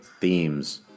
themes